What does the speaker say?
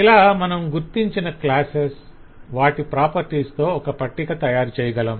ఇలా మనం గుర్తించిన క్లాసెస్ వాటి ప్రాపర్టీస్ తో ఒక పట్టిక తయారుచేయగలం